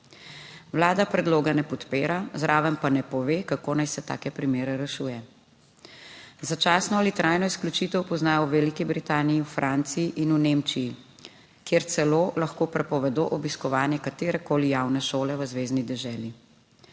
Vlada predloga ne podpira, zraven pa ne pove, kako naj se take primere rešuje. Začasno ali trajno izključitev poznajo v Veliki Britaniji, v Franciji in v Nemčiji, kjer celo lahko prepovedo obiskovanje katerekoli javne šole v zvezni deželi.